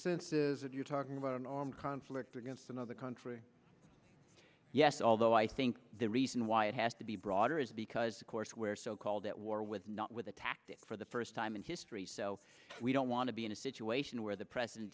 that you're talking about an armed conflict against another country yes although i think the reason why it has to be broader is because of course where so called at war with not with a tactic for the first time in history so we don't want to be in a situation where the president